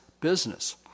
business